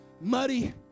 muddy